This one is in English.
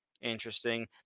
interesting